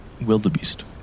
wildebeest